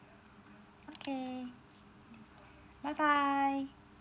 okay bye bye